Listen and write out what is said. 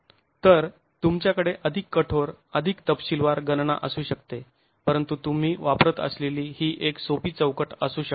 तर तुमच्याकडे अधिक कठोर अधिक तपशीलवार गणना असू शकते परंतु तुम्ही वापरत असलेली ही एक सोपी चौकट असू शकते